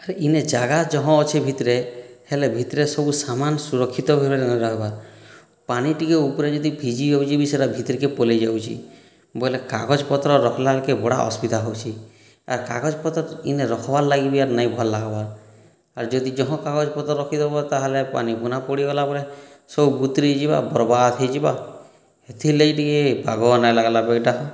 ଆର୍ ଇନେ ଜାଗା ଯହଁ ଅଛେ ଭିତରେ ହେଲେ ଭିତରେ ସବୁ ସାମାନ ସୁରକ୍ଷିତ ରହିବାର ପାନି ଟିକେ ଉପରେ ଯଦି ଭିଜି ଯାଉଛି ବି ସେହିଟା ଭିତରକେ ପଳାଇଯାଉଛି ବୋଲେ କାଗଜପତ୍ର ରଖଲା ବେଲକେ ବଡ଼ା ଅସୁବିଧା ହେଉଛେ ଆର କାଗଜପତର ଇନେ ରଖବାର ଲାଗିବି ଆର୍ ନାଇଁ ଭଲ ଲାଗବାର ଆର୍ ଯଦି ଯହଁ କାଗଜପତ୍ର ରଖିଦେବା ତାହେଲେ ପାନି ପୁନା ପଡ଼ିଗଲା ପରେ ସବୁ ବୁତରୀ ଯିବାର ବର୍ବାଦ ହୋଇଯିବା ହେଥିର ଲାଗି ଟିକେ ବାଗୁଆ ନାଇ ଲାଗଲା ଗୋ ଏହିଟା